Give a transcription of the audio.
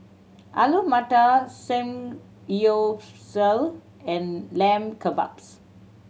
Alu Matar Samgyeopsal and Lamb Kebabs